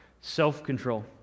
Self-control